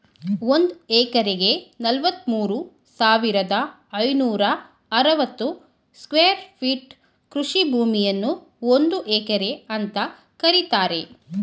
ಒಂದ್ ಎಕರೆಗೆ ನಲವತ್ಮೂರು ಸಾವಿರದ ಐನೂರ ಅರವತ್ತು ಸ್ಕ್ವೇರ್ ಫೀಟ್ ಕೃಷಿ ಭೂಮಿಯನ್ನು ಒಂದು ಎಕರೆ ಅಂತ ಕರೀತಾರೆ